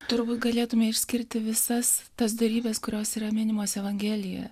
turbūt galėtume išskirti visas tas dorybes kurios yra minimos evangelijoe